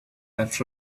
that